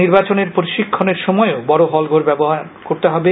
নির্বাচনের প্রশিক্ষণের সময়ও বড় হল ঘর ব্যবহার করতে হবে